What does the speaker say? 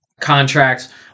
contracts